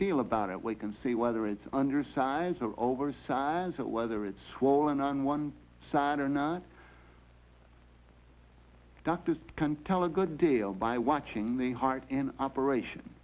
deal about it we can see whether it's under size or over size or whether it's swollen on one side or nah doctors can tell a good deal by watching the heart in operation